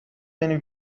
many